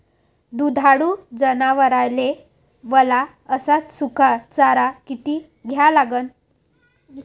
दुधाळू जनावराइले वला अस सुका चारा किती द्या लागन?